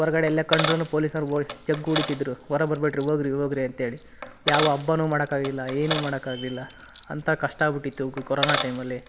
ಹೊರ್ಗಡೆ ಎಲ್ಲೇ ಕಂಡ್ರು ಪೊಲೀಸ್ನವ್ರು ವಯ್ ಜಗ್ಗಿ ಹೊಡೀತಿದ್ರು ಹೊರ ಬರಬೇಡ್ರಿ ಹೋಗಿರಿ ಹೋಗಿರಿ ಅಂತೇಳಿ ಯಾವ ಹಬ್ಬನೂ ಮಾಡೋಕ್ಕಾಗಿಲ್ಲ ಏನೂ ಮಾಡೋಕ್ಕಾಗ್ಲಿಲ್ಲ ಅಂಥ ಕಷ್ಟ ಆಗ್ಬಿಟಿತ್ತು ಕ್ ಕೊರೋನಾ ಟೈಮಲ್ಲಿ